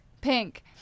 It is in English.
pink